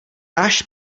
máš